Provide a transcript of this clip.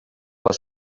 les